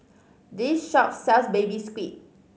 this shop sells Baby Squid